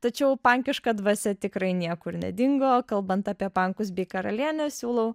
tačiau pankiška dvasia tikrai niekur nedingo kalbant apie pankus bei karalienę siūlau